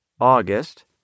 August